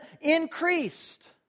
increased